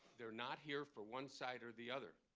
they're not here for one side or the other.